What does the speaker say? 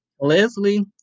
Leslie